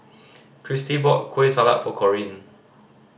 Kristy brought Kueh Salat for Corine